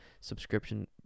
subscription